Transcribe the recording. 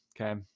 Okay